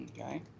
Okay